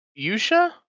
Yusha